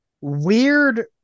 weird